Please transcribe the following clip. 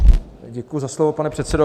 Děkuji za slovo, pane předsedo.